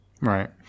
right